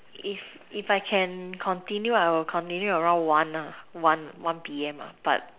if if I can continue I will continue around one lah one one P_M ah but so~